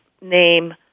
name